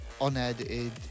unedited